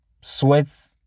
sweats